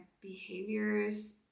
behaviors